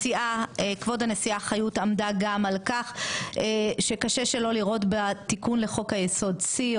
כבוד הנשיאה חיות עמדה גם על כך שקשה שלא לראות בתיקון לחוק היסוד שיא,